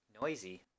noisy